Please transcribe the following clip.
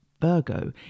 Virgo